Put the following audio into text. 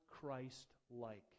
Christ-like